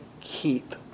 keep